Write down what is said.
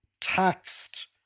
taxed